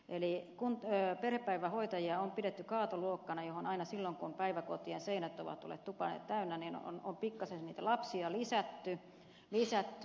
eli perhepäivähoitajia on pidetty kaatoluokkana johon aina silloin kun päiväkotien seinät ovat olleet tupaten täynnä on pikkasen niitä lapsia lisätty